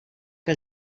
que